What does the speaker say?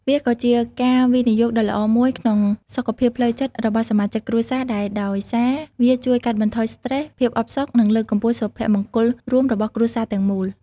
វាក៏ជាការវិនិយោគដ៏ល្អមួយក្នុងសុខភាពផ្លូវចិត្តរបស់សមាជិកគ្រួសារដែរ ដោយសារវាជួយកាត់បន្ថយស្ត្រេស ភាពអផ្សុក និងលើកកម្ពស់សុភមង្គលរួមរបស់គ្រួសារទាំងមូល។